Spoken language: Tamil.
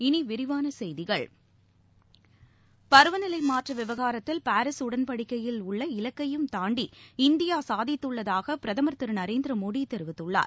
இனி விரிவான செய்திகள் பருவநிலை மாற்ற விவகாரத்தில் பாரீஸ் உடன்படிக்கையில் உள்ள இலக்கையும் தாண்டி இந்தியா சாதித்துள்ளதாக பிரதமர் திரு நரேந்திர மோடி தெரிவித்துள்ளார்